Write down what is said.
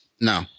no